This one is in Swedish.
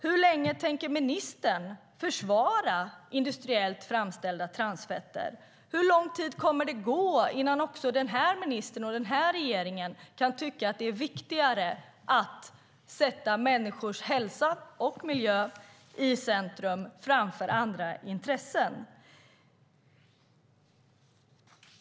Hur länge tänker ministern försvara industriellt framställda transfetter? Hur lång tid kommer det att gå innan också den här ministern och den här regeringen kan tycka att det är viktigare att sätta människors hälsa och miljö framför andra intressen?